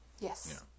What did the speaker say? Yes